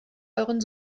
euren